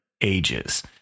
ages